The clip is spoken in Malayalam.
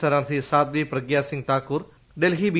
സ്ഥാനാർത്ഥി സാധ്പി പ്രഗ്യാ സിങ് സിങ് താക്കൂർ ഡൽഹി ബി